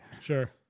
Sure